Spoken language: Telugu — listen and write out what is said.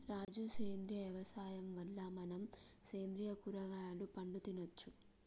రాజు సేంద్రియ యవసాయం వల్ల మనం సేంద్రియ కూరగాయలు పండ్లు తినచ్చు